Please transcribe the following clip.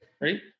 right